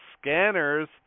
Scanners